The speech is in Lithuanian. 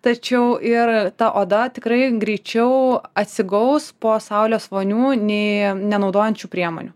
tačiau ir ta oda tikrai greičiau atsigaus po saulės vonių nei nenaudojant šių priemonių